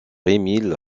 emil